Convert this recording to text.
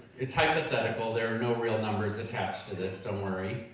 it's hypothetical, there are no real numbers attached to this don't worry.